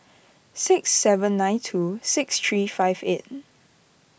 six seven nine two six three five eight